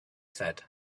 said